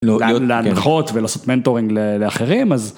להנחות ולעשות מנטורינג לאחרים אז.